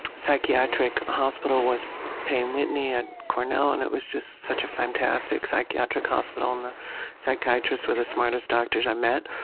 psychiatric hospital was payne whitney at cornell, and it was just such a fantastic psychiatric hospital, and the psychiatrists were the smartest doctors i met,